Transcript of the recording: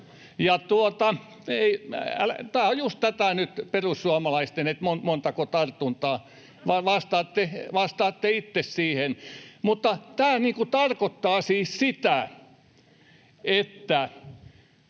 Tämä on nyt just tätä perussuomalaista, että montako tartuntaa. Vastaatte itse siihen. — Tämä tarkoittaa siis sitä, että